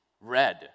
red